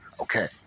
okay